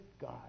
God